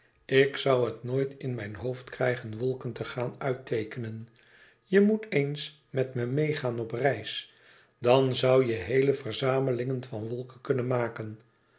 ik zoû het nooit in mijn hoofd krijgen wolken te gaan uitteekenen je moet eens met me meêgaan op reis dan zoû je heele verzamelingen van wolken kunnen maken